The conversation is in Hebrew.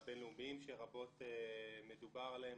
במבחנים הבין-לאומיים, שרבות מדובר עליהם.